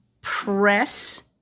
press